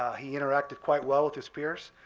he interacted quite well with his peers,